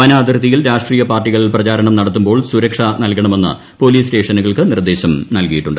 വനാതിർത്തിയിൽ രാഷ്ട്രീയപാർട്ടികൾ പ്രചാരണം നടത്തുമ്പോൾ സുരക്ഷ നൽകണമെന്ന് പോലീസ് നിർദ്ദേശം നൽകിയിട്ടുണ്ട്